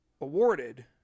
awarded